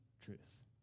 truth